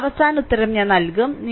അവസാന ഉത്തരം ഞാൻ നൽകുo